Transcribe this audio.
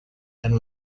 and